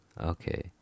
okay